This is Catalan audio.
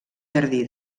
jardí